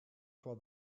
for